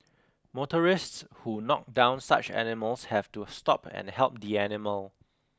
motorists who knocked down such animals have to stop and help the animal